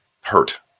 hurt